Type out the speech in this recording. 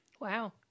Wow